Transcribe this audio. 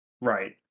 Right